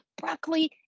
Broccoli